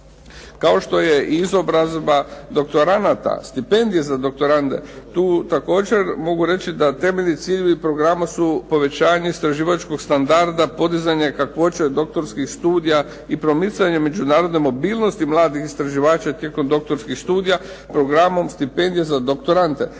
Kao što je izobrazba doktoranata, stipendije za doktorande. Tu također mogu reći da temeljni ciljevi programa su povećanje istraživačkog standarda, podizanje kakvoće doktorskih studija i promicanje međunarodne mobilnosti mladih istraživača tijekom doktorskih studija, programom Stipendija za doktorande.